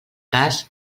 cas